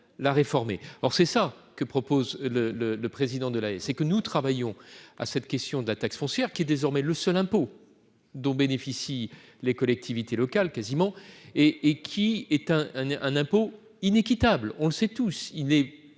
la réformer, alors c'est ça que propose le le le président de la c'est que nous travaillons à cette question de la taxe foncière qui est désormais le seul impôt dont bénéficient les collectivités locales quasiment et et qui est un un un un impôt inéquitable, on le sait tous, il est